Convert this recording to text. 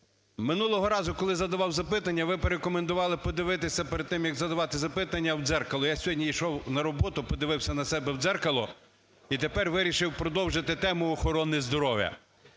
минулого разу, коли я задавав запитання, ви порекомендували подивитися перед тим, як задавати запитання, в дзеркало. Я сьогодні йшов сьогодні на роботу, подивився на себе в дзеркало, і тепер вирішив продовжити тему охорони здоров'я.